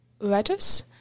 lettuce